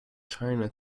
china